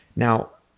now,